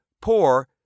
poor